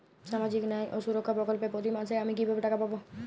সামাজিক ন্যায় ও সুরক্ষা প্রকল্পে প্রতি মাসে আমি কিভাবে টাকা পাবো?